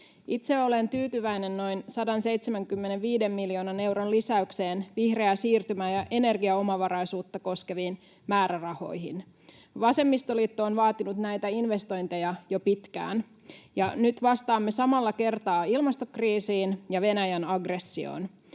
Itse olen tyytyväinen noin 175 miljoonan euron lisäykseen vihreää siirtymää ja energiaomavaraisuutta koskeviin määrärahoihin. Vasemmistoliitto on vaatinut näitä investointeja jo pitkään, ja nyt vastaamme samalla kertaa ilmastokriisiin ja Venäjän aggressioon.